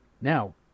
Now